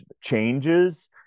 changes